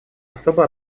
особо